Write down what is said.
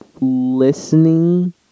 listening